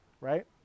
right